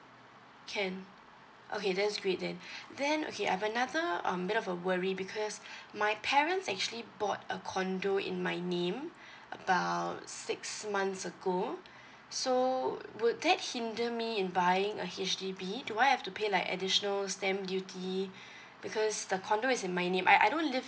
can okay that's great then then okay I've another um bit of a worry because my parents actually bought a condo in my name about six months ago so would that hinder me in buying a H_D_B do I have to pay like additional stamp duty because the condo is in my name I I don't live